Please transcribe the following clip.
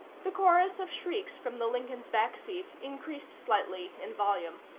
the chorus of shrieks from the lincoln's back seat increased slightly in volume.